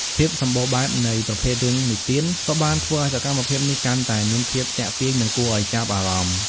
ភាពសម្បូរបែបនៃប្រភេទរឿងនិទានក៏បានធ្វើឱ្យសកម្មភាពនេះកាន់តែមានភាពទាក់ទាញ និងគួរឱ្យចាប់អារម្មណ៍។